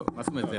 מה זאת אומרת,